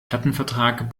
plattenvertrag